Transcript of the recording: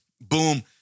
Boom